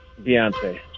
Beyonce